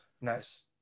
Nice